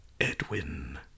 edwin